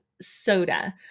Soda